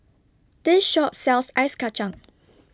This Shop sells Ice Kachang